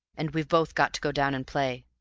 and we've both got to go down and play.